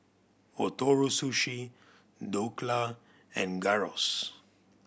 Ootoro Sushi Dhokla and Gyros